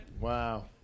Wow